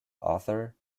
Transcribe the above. author